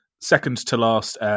second-to-last